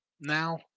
now